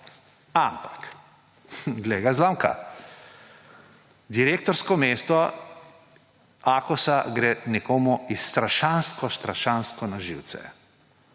Ampak, glej ga zlomka! Direktorsko mesto Akosa gre nekomu strašansko strašansko na živce.